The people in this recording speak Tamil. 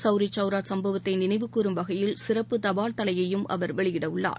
சௌரிசௌவ்ராசம்பவத்தைநினைவு கூரும் வகையில் சிறப்பு தபால் தலையும் அவர் வெளிடஉள்ளார்